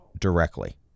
directly